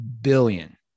billion